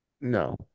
no